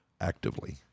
actively